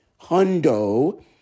hundo